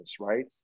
right